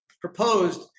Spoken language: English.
proposed